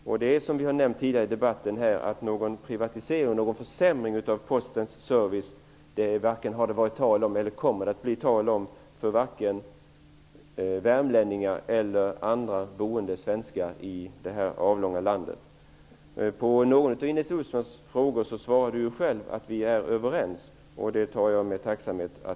Som vi har nämnt tidigare i debatten i dag har det inte varit tal om någon försämring av Postens service, och det kommer inte heller att bli tal om det för vare sig värmlänningar eller andra invånare i vårt avlånga land. Ines Uusmann sade själv i samband med en av sina frågor att vi är överens, och det noterar jag med tacksamhet.